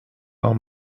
our